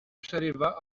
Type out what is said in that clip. przerywa